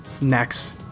Next